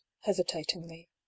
hesitatingly